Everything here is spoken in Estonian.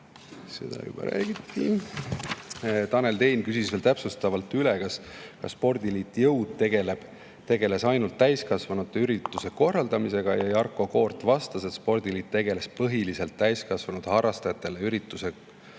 ei ole korrektne. Tanel Tein küsis veel täpsustavalt üle, kas spordiliit Jõud tegeles ainult täiskasvanute ürituste korraldamisega. Jarko Koort vastas, et spordiliit tegeles põhiliselt täiskasvanud harrastajatele ürituste korraldamisega,